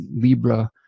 Libra